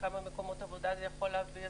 וכמה מקומות עבודה זה יכול להביא.